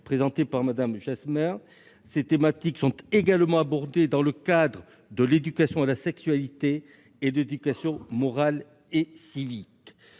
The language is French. présenté par Mme Jasmin. Ces thématiques sont également abordées dans le cadre de l'éducation à la sexualité et de l'éducation morale et civique.